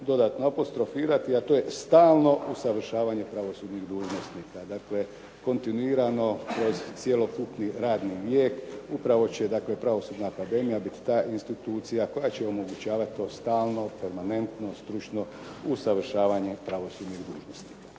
dodatno apostrofirati, a to je stalno usavršavanje pravosudnih dužnosnika. Dakle kontinuirano kroz cjelokupni radni vijek, upravo će dakle Pravosudna akademija biti ta institucija koja će omogućavati to stalno, permanentno, stručno usavršavanje pravosudnih dužnosnika.